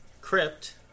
crypt